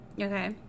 Okay